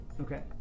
Okay